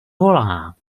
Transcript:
volá